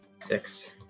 Six